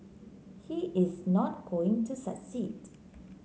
he is not going to succeed